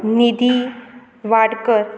निधी वाडकर